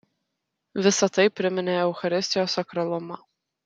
visa tai priminė eucharistijos sakralumą